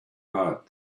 heart